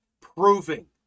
proving